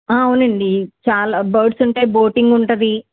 అవునండి చాలా బర్డ్స్ ఉంటాయి బోటింగ్ ఉంటుంది